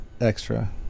extra